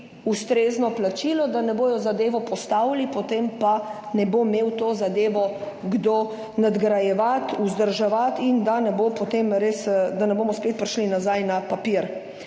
ustrezno plačilo, da ne bodo zadevo postavili, potem pa ne bo imel to zadevo kdo nadgrajevati, vzdrževati, in da ne bo potem res, da ne bomo spet prišli nazaj na papir.